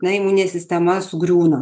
na imuninė sistema sugriūna